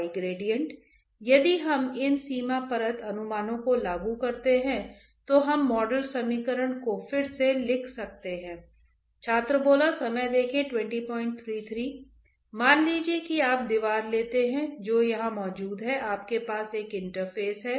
इसलिए यदि हम उन सभी को एक साथ रखते हैं तो मोमेंटम कन्वेक्टीव मोमेंटम पद का गणितीय निरूपण क्या है